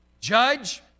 judge